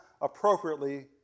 appropriately